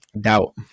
Doubt